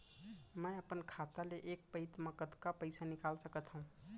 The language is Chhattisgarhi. मैं अपन खाता ले एक पइत मा कतका पइसा निकाल सकत हव?